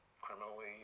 criminally